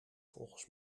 volgens